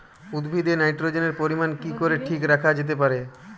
উদ্ভিদে নাইট্রোজেনের পরিমাণ কি করে ঠিক রাখা যেতে পারে?